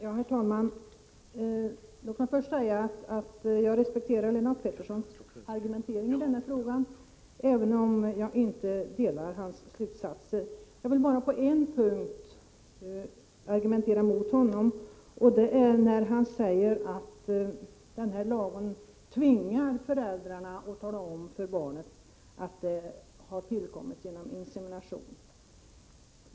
Herr talman! Låt mig först säga att jag respekterar Lennart Petterssons argumentering i denna fråga, även om jag inte delar hans slutsatser. Jag vill bara på en punkt argumentera emot honom, och det är när han säger att lagen tvingar föräldrarna att tala om för barnet att det har tillkommit genom insemination.